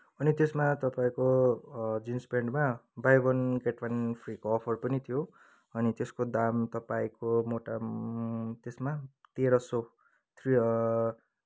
अनि त्यसमा तपाईँको जिन्स पेन्टमा बाई वन गेट वन फ्रीको अफर पनि थियो अनि त्यसको दाम तपाईँको मोटा त्यसमा तेह्र सय थ्री